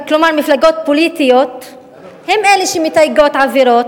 כלומר מפלגות פוליטיות הן אלה שמתייגות עבירות,